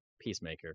Peacemaker